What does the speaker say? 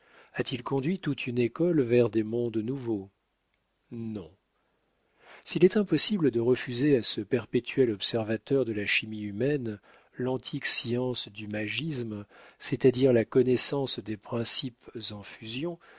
a-t-il conduit toute une école vers des mondes nouveaux non s'il est impossible de refuser à ce perpétuel observateur de la chimie humaine l'antique science du magisme c'est-à-dire la connaissance des principes en fusion